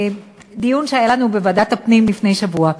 דיון שהיה לנו בוועדת הפנים לפני שבוע.